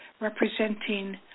representing